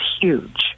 huge